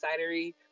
cidery